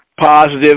positive